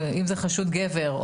ואם זה חשוד גבר,